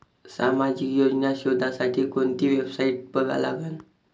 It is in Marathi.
सामाजिक योजना शोधासाठी कोंती वेबसाईट बघा लागन?